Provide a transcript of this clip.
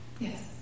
yes